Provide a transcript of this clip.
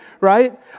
Right